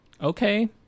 Okay